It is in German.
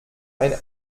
ein